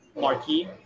Marquee